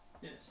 Yes